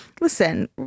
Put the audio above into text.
Listen